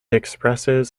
expresses